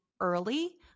early